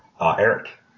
Eric